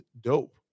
dope